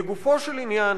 לגופו של עניין,